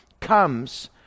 comes